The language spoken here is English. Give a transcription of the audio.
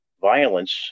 violence